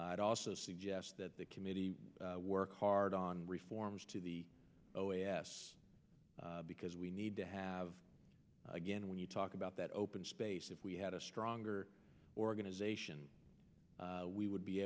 i'd also suggest that the committee work hard on reforms to the oas because we need to have again when you talk about that open space if we had a stronger organization we would be